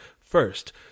first